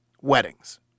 Weddings